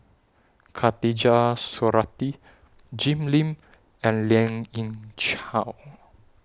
Khatijah Surattee Jim Lim and Lien Ying Chow